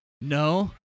no